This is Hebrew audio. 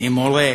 עם מורה,